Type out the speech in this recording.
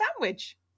sandwich